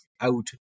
out